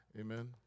Amen